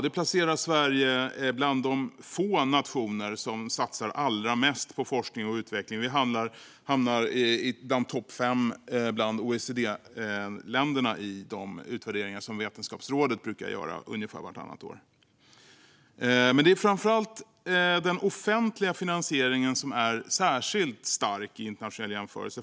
Det placerar Sverige bland de få nationer som satsar allra mest på forskning och utveckling. Vi hamnar i topp fem bland OECD-länderna i de utvärderingar som Vetenskapsrådet brukar göra ungefär vartannat år. Det är framför allt den offentliga finansieringen som är särskilt stark i internationell jämförelse.